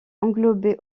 englobait